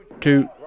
two